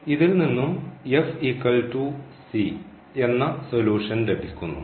ഇതിൽ നിന്നും എന്ന സൊലൂഷൻ ലഭിക്കുന്നു